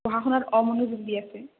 পঢ়া শুনাত অমনোযোগ দি আছে